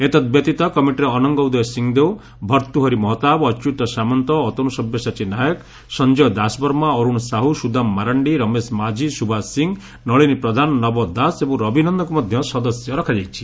ଏତଦ୍ବ୍ତୀତ କମିଟିରେ ଅନଙ୍ଙ ଉଦୟ ସିଂଦେଓ ଭର୍ତ୍ଭୂହରି ମହତାବ ଅଚ୍ୟତ ସାମନ୍ତ ଅତନୁ ସବ୍ୟସାଚୀ ନାୟକ ସଂକୟ ଦାସବର୍ମା ଅରୁଣ ସାହୁ ସୁଦାମ ମାରାଣ୍ଡି ରମେଶ ମାଝି ସୁବାସ ସିଂହ ନଳିନୀ ପ୍ରଧାନ ନବଦାସ ଏବଂ ରବି ନନ୍ଦଙ୍କୁ ମଧ୍ୟ ସଦସ୍ୟ ରଖାଯାଇଛି